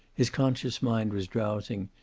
his conscious mind was drowsing,